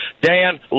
Dan